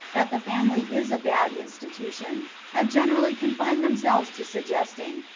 that the family is a bad institution, have generally confined themselves to suggesting,